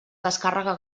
descàrrega